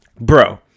Bro